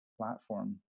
platform